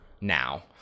now